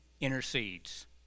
Intercedes